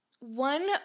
one